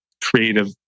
creative